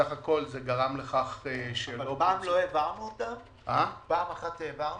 בסך הכול זה גרם לכך ש- -- לא העברנו אותם פעם אחת?